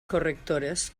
correctores